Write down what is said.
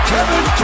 Kevin